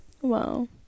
Wow